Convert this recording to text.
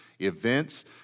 events